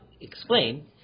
explain